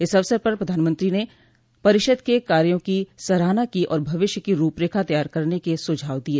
इस अवसर पर प्रधानमंत्री ने परिषद के कार्यों की सराहना की और भविष्य की रूपरेखा तैयार करने के सूझाव दिए